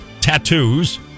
Tattoos